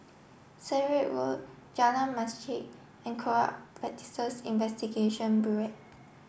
Sirat Road Jalan Masjid and Corrupt Practices Investigation Bureau